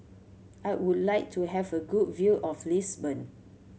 I would like to have a good view of Lisbon